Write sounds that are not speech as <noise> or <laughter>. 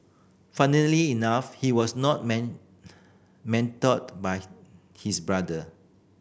funnily enough he was not <unintelligible> mentored by his brother